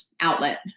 outlet